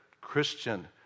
Christian